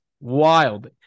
Wild